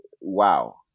Wow